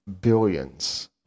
billions